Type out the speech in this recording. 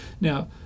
now